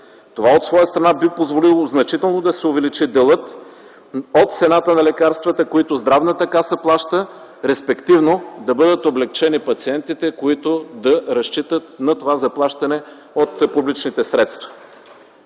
Това от своя страна би позволило значително да се увеличи делът от цената на лекарствата, които Здравната каса плаща, респективно да бъдат облекчени пациентите, които да разчитат на това заплащане от публичните средства.